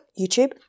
YouTube